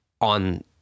on